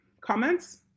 comments